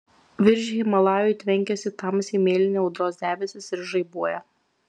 virš himalajų tvenkiasi tamsiai mėlyni audros debesys ir žaibuoja